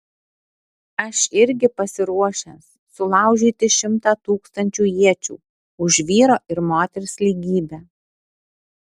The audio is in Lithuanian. aš irgi pasiruošęs sulaužyti šimtą tūkstančių iečių už vyro ir moters lygybę